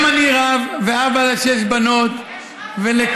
גם אני רב, ואבא לשש בנות ולכלה.